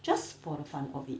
just for the fun of it